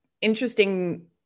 interesting